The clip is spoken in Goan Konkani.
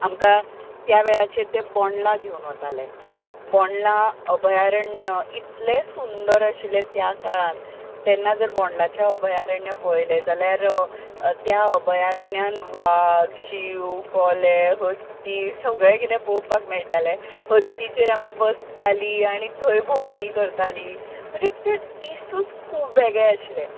आमकां त्या वेळाचेर ते बोंडला घेवन वताले बोंडला अभ्यारण्य इतलें सुंदर आशिल्लें त्या काळांत तेन्ना जर बोंडलाचें अभ्यारण्य पळयलें जाल्यार त्या अभ्यारण्यांत वाघ शिंव कोले हत्ती सगळे किदें पळोवपाक मेळटाले हत्तीचेर आमी बसताली आनी थंय भोंवडी करतली म्हणजे ते दिसूच खूब वेगळें आशिल्ले